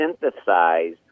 synthesize